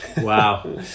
wow